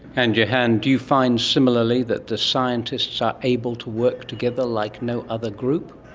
and gihan, do you find similarly that the scientists are able to work together like no other group?